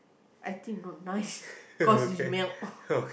I think not nice cause is melt